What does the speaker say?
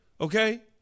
okay